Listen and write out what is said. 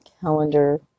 calendar